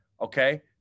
Okay